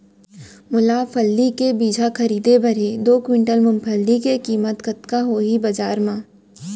मोला फल्ली के बीजहा खरीदे बर हे दो कुंटल मूंगफली के किम्मत कतका होही बजार म?